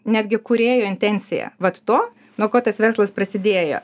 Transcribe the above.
netgi kūrėjo intencija vat to nuo ko tas verslas prasidėjo